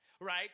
right